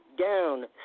down